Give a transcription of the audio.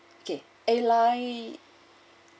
okay airline